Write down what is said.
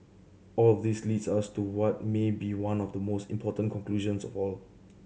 all of this leads us to what may be one of the most important conclusions of all